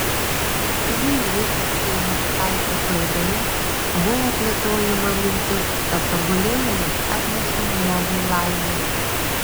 neseniai zitos kelmickaitės laidoje buvo plėtojama mintis kad tobulėjimas atneša žmogui laimę